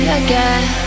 again